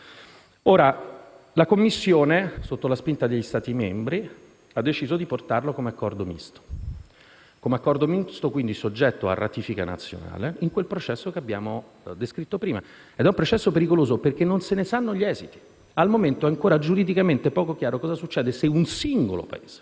La Commissione, sotto la spinta degli Stati membri, ha deciso di portarlo come accordo misto, quindi soggetto a ratifica nazionale, in quel processo che abbiamo descritto prima: si tratta di un processo pericoloso, perché non se ne conoscono gli esiti. Al momento è ancora giuridicamente poco chiaro cosa succede se un singolo Paese